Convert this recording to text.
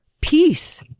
peace